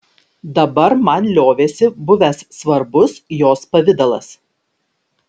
dabar man liovėsi buvęs svarbus jos pavidalas